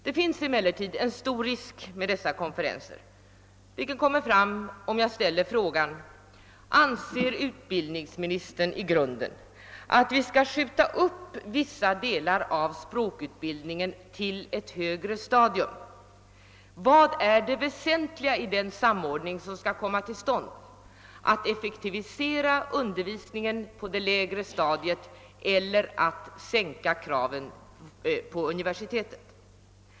Det finns emellertid en stor risk med dessa konferenser, vilket kommer fram om jag ställer följande frågor: Anser utbildningsministern i grunden att vi skall skjuta upp vissa delar av språkutbildningen till ett högre stadium? Vad är det väsentliga i den samordning som skall komma till stånd — att effektivisera undervisningen på det lägre stadiet eiler att sänka kraven på universiteten?